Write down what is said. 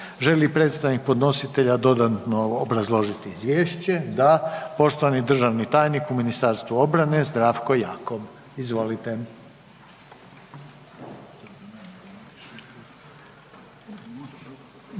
li predstavnik podnositelja dodatno obrazložiti izvješće? Da. Poštovani državni tajnik u Ministarstvu obrane Zdravko Jakop, izvolite.